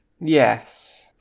Yes